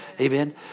Amen